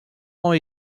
ont